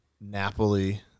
Napoli